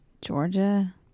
Georgia